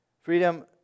Freedom